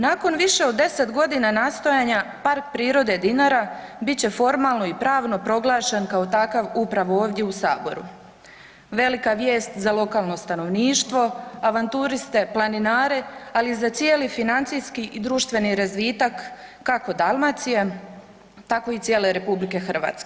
Nakon više od 10 g. nastojanja PP Dinara bit će formalno i pravno proglašen kao takav upravo ovdje u Saboru. velika vijest za lokalno stanovništvo, avanturiste, planinare ali i za cijeli financijski i društveni razvitak kako Dalmacije tako i cijele RH.